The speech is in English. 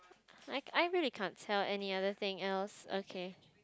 like I really can't tell any other thing else okay